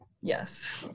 yes